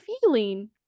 feeling